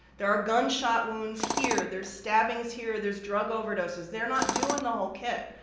there are gunshot wounds here, there's stabbings here, there's drug overdoses, they're not doing the whole kit.